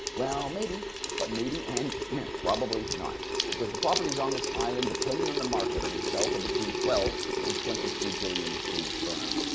well maybe but maybe and and probably not because the properties on this island depending on the market are going to sell for between twelve and twenty three billion danish kroner.